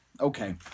Okay